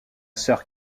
sœur